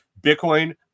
Bitcoin